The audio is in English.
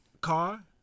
car